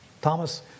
Thomas